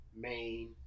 main